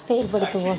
செயல்படுத்துவோம்